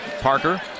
Parker